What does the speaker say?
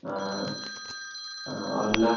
हाँ हाँ वरना